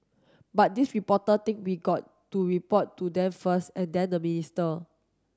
but these reporter think we got to report to them first and then the minister